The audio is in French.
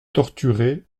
torturé